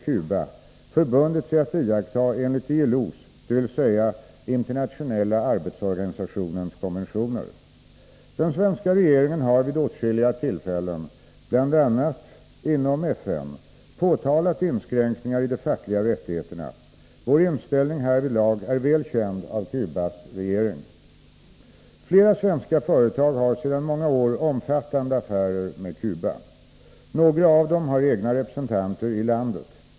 Cuba, förbundit sig att iaktta enligt ILO:s — Internationella arbetsorganisationens — konventioner. Den svenska regeringen har vid åtskilliga tillfällen, bl.a. inom FN, påtalat inskränkningar i de fackliga rättigheterna. Vår inställning härvidlag är väl känd av Cubas regering. Flera svenska företag har sedan många år omfattande affärer med Cuba. Några av dem har egna representanter i landet.